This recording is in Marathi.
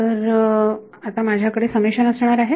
तर माझ्याकडे आता समेशन असणार आहे